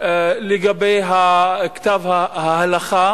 לגבי כתב ההלכה